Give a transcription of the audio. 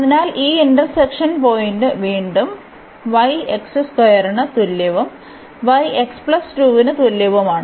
അതിനാൽ ഈ intersection point വീണ്ടും അതിനാൽ y ന് തുല്യവും y ന് തുല്യവുമാണ്